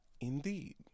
Indeed